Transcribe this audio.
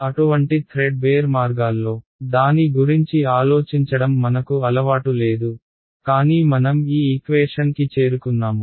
అటువంటి థ్రెడ్బేర్ మార్గాల్లో దాని గురించి ఆలోచించడం మనకు అలవాటు లేదు కానీ మనం ఈ ఈక్వేషన్ కి చేరుకున్నాము